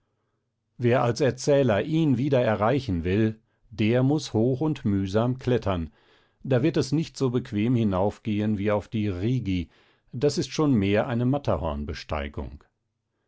wer als erzähler ihn wieder erreichen will der muß hoch und mühsam klettern da wird es nicht so bequem hinaufgehen wie auf den rigi das ist schon mehr eine matterhornbesteigung